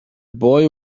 boy